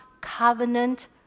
covenant